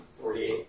Forty-eight